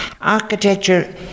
Architecture